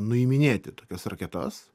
nuiminėti tokias raketas